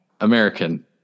american